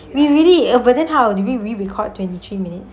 we really but then how do we re-record twenty three minutes